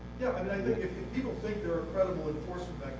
and and if people think they're a credible enforcement